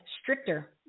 stricter